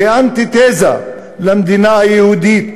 כאנטי-תזה למדינה היהודית